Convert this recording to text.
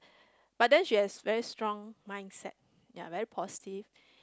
but then she has very strong mindset ya very positive